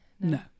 no